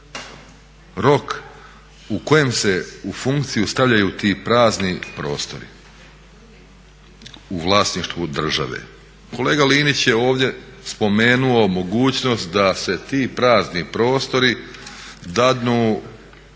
rok u kojem u funkciju stavljaju ti prazni prostori u vlasništvu države. Kolega Linić je ovdje spomenuo mogućnost da se ti prazni prostori dadnu